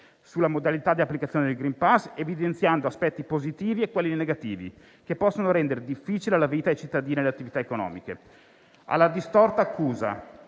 sulla modalità di applicazione del *green pass,* evidenziandone gli aspetti positivi e quelli negativi che possono rendere difficile la vita ai cittadini e alle attività economiche. Alla distorta accusa